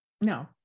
no